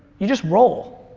you just roll.